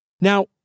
Now